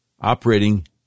operating